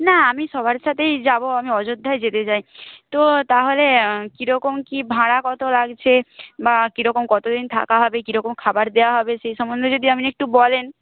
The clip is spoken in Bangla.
না আমি সবার সাথেই যাব আমি অযোধ্যায় যেতে চাই তো তাহলে কীরকম কী ভাড়া কত লাগছে বা কীরকম কতদিন থাকা হবে কীরকম খাবার দেওয়া হবে সেই সম্বন্ধে যদি আপনি একটু বলেন